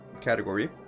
category